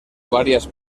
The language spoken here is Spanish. varias